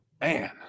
Man